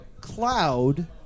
Cloud